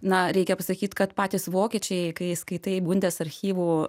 na reikia pasakyt kad patys vokiečiai kai skaitai bundės archyvų